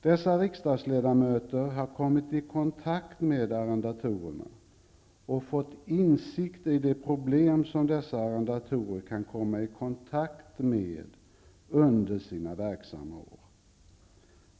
Dessa riksdagsledamöter har kommit i kontakt med arrendatorerna och fått insikt i de problem som dessa arrendatorer kan ställas inför under sina verksamma år.